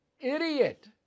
idiot